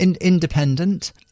Independent